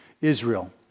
Israel